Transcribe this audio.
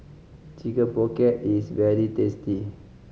Chicken Pocket is very tasty